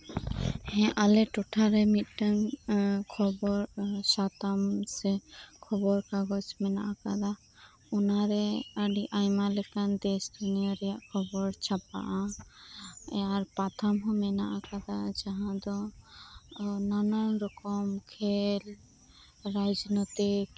ᱦᱮᱸ ᱟᱞᱮᱴᱚᱴᱷᱟ ᱨᱮ ᱢᱤᱫᱴᱟᱝ ᱠᱷᱚᱵᱚᱨ ᱥᱟᱛᱟᱢ ᱥᱮ ᱠᱷᱚᱵᱚᱨ ᱠᱟᱜᱚᱡᱽ ᱢᱮᱱᱟᱜ ᱟᱠᱟᱫᱟ ᱚᱱᱟᱨᱮ ᱟᱹᱰᱤ ᱟᱭᱢᱟ ᱞᱮᱠᱟᱱ ᱫᱮᱥ ᱫᱩᱱᱤᱭᱟᱹ ᱨᱮᱭᱟᱜ ᱠᱷᱚᱵᱚᱨ ᱪᱷᱟᱯᱟᱜᱼᱟ ᱟᱨ ᱯᱟᱛᱷᱟᱢ ᱦᱚᱸ ᱢᱮᱱᱟᱜ ᱚᱠᱟᱫᱟ ᱡᱟᱦᱟᱸ ᱫᱚ ᱱᱟᱱᱟᱱ ᱨᱚᱠᱚᱢ ᱠᱷᱮᱞ ᱨᱟᱡᱽᱱᱳᱭᱛᱤᱠ